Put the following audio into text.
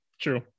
true